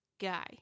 guy